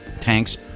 tanks